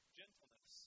gentleness